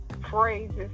phrases